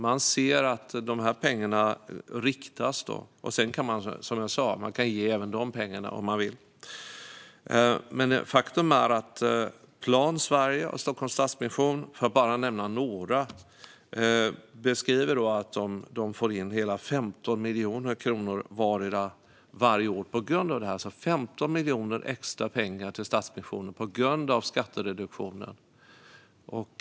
Man ser att pengarna riktas, och sedan kan man, som jag sa, ge även de pengarna om man vill. Faktum är att Plan Sverige och Stockholms Stadsmission, för att bara nämna ett par, beskriver att de fick in hela 15 miljoner kronor vardera varje år på grund av detta - alltså 15 miljoner i extra pengar till Stadsmissionen på grund av skattereduktionen.